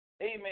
amen